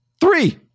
Three